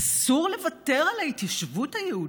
אסור לוותר על התיישבות היהודית?